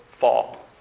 fall